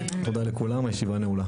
תודה לכולם, הישיבה נעולה.